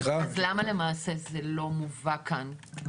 למה זה לא מובא כאן?